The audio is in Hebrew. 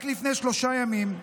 רק לפני שלושה ימים,